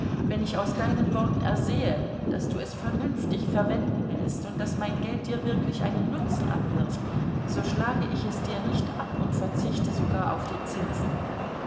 wenn ich aus deinen worten ersehe daß du es vernünftig verwenden willst und daß mein geld dir wirklich einen nutzen abwirft so schlage ich es dir nicht ab und verzichte sogar auf die zinsen